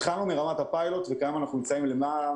התחלנו בפיילוט וכיום אנחנו נמצאים בלמעלה